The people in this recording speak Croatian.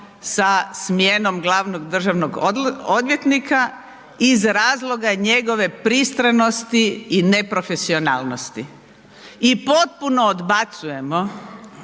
sa smjenom glavnog državnog odvjetnika, iz razloga njegove pristranosti i neprofesionalnosti i potpuno odbacujemo